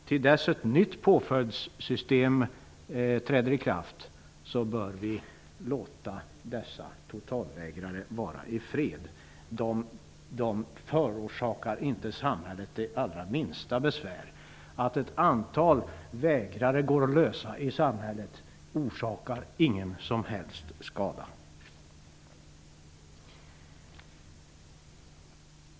Till dess att ett nytt påföljdssystem träder i kraft bör vi låta dessa totalvägrare vara i fred. De förorsakar inte samhället något besvär. Att ett antal totalvägrare går lösa i samhället orsakar ingen som helst skada.